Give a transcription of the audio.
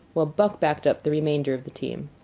while buck backed up the remainder of the team.